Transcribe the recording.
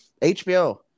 HBO